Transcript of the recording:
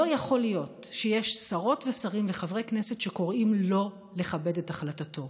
לא יכול להיות שיש שרות ושרים וחברי כנסת שקוראים לא לכבד את החלטתו.